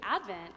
Advent